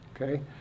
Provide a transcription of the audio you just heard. Okay